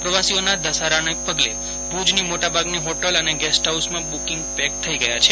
પ્રવાસીઓના ધસારાના પગલે ભુજની મોટાભાગની હોટલ અને ગેસ્ટહાઉસમાં બુકીગ પેક થઇ ગયા છે